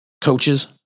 coaches